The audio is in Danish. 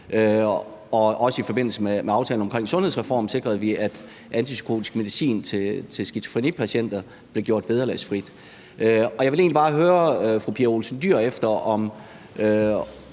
Og i forbindelse med aftalen omkring sundhedsreformen sikrede vi, at antipsykotisk medicin til skizofrenipatienter blev gjort vederlagsfri. Og jeg vil egentlig bare høre fru Pia Olsen Dyhr, om